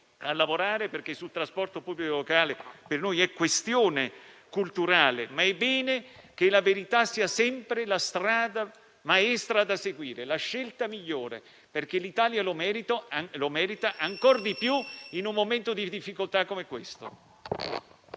a lavorare perché il trasporto pubblico locale è per noi questione culturale, ma è bene che la verità sia sempre la strada maestra da seguire e la scelta migliore perché l'Italia lo merita, ancor di più in un momento di difficoltà come quello